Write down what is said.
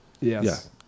Yes